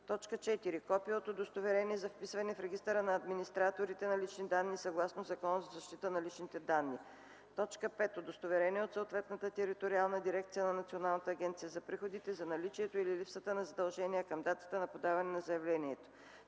лица; 4. копие от удостоверение за вписване в регистъра на администраторите на лични данни съгласно Закона за защита на личните данни; 5. удостоверение от съответната териториална дирекция на Националната агенция за приходите за наличието или липсата на задължения към датата на подаване на заявлението;